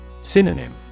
Synonym